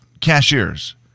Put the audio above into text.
cashiers